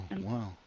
wow